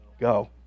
Go